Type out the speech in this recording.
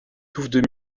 touffes